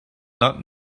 not